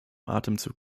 atemzug